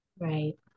Right